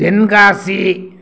Tenkasi